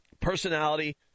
Personality